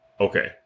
Okay